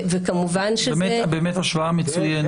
וכמובן שזה --- באמת השוואה מצוינת.